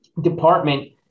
department